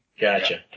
gotcha